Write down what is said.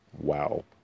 Wow